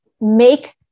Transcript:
make